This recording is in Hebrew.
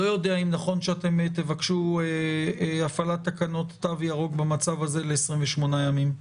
לא יודע אם נכון שאתם תבקשו הפעלת תקנות תו ירוק במצב הזה ל-28 ימים.